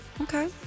Okay